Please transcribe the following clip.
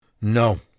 No